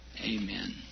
Amen